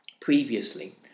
previously